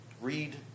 Read